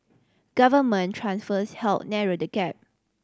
government transfers helped narrow the gap